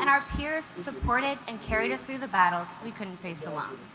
and our peers support it and carried us through the battles we couldn't face alone